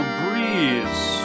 breeze